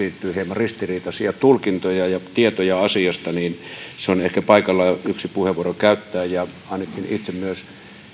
ristiriitaisia tulkintoja ja tietoja asiasta niin on ehkä paikallaan yksi puheenvuoro käyttää ainakin itse myös